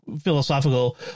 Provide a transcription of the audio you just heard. philosophical